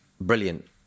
Brilliant